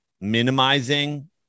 minimizing